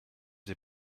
des